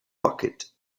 bucket